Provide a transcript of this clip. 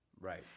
right